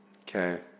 Okay